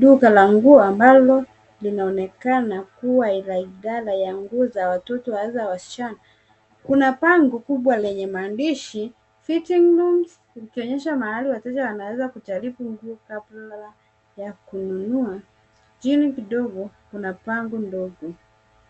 Duka la nguo ambalo linaonekana kuwa la idala ya nguo za watoto hasa wasichana. Kuna pango kubwa lenye maandishi fitting rooms likionyesha mahali wateja wanaweza kujaribu nguo kabla ya kununua, chini kidogo, kuna pango ndogo